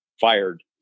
fired